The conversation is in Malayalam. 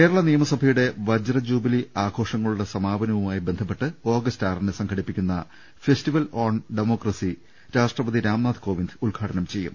കേരള നിയമസഭയുടെ വജ്രജൂബിലി ആഘോഷങ്ങളുടെ സമാപനവുമായി ബന്ധപ്പെട്ട് ഓഗസ്റ്റ് ആറിന് സംഘടിപ്പി ക്കുന്ന ഫെസ്റ്റിവൽ ഓൺ ഡെമോക്രസി രാഷ്ട്രപതി രാംനാഥ് കോവിന്ദ് ഉദ്ഘാടനം ചെയ്യും